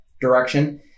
direction